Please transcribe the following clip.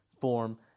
form